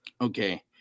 okay